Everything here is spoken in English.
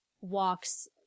walks